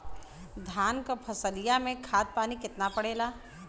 धान क फसलिया मे खाद पानी कितना पड़े ला?